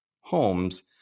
homes